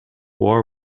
war